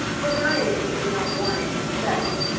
provided he did not want it himself.